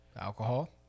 Alcohol